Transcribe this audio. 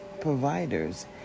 providers